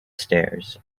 stairs